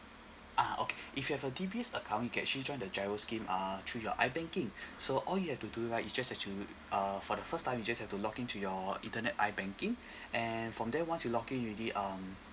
ah okay if you have a D_B_S account you can actually join the giro scheme uh through your ibanking so all you have to do right is just actually uh for the first time you just have to log in to you internet ibanking and from there once you log in already um